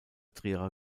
trierer